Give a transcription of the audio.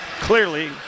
Clearly